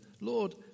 Lord